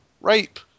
rape